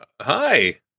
Hi